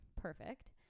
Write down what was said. Perfect